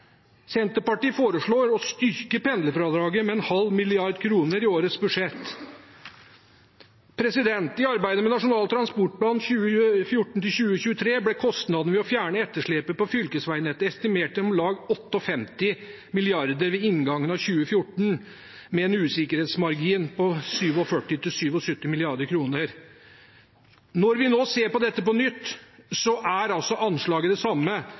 Senterpartiet foreslår å styrke pendlerfradraget med 0,5 mrd. kr i årets budsjett. I arbeidet med Nasjonal transportplan 2014–2023 ble kostnaden ved å fjerne etterslepet på fylkesveinettet estimert til om lag 58 mrd. kr ved inngangen av 2014, med en usikkerhetsmargin på 47–77 mrd. kr. Når vi nå ser på dette på nytt, er anslaget det samme.